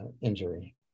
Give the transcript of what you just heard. injury